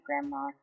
grandma